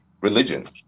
religion